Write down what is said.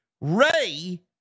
Ray